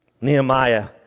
Nehemiah